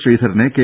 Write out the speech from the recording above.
ശ്രീധരനെ K